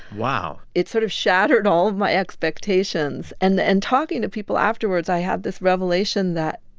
wow. it sort of shattered all my expectations. and and talking to people afterwards, i had this revelation that,